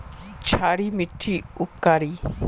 क्षारी मिट्टी उपकारी?